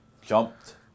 jumped